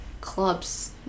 clubs